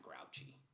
grouchy